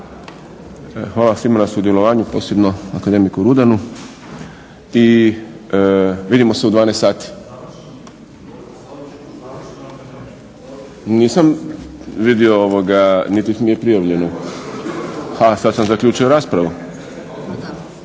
Hvala svima na sudjelovanju posebno akademiku Rudanu. I vidimo se u 12,00 sati. Nisam vidio, niti mi je prijavljeno. Ali sad sam zaključio raspravu?